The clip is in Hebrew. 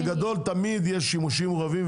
בגדול יש תמיד שימושים מעורבים,